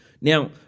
Now